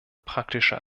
praktischer